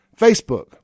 Facebook